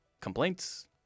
complaints